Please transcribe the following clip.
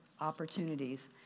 opportunities